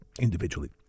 individually